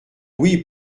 oui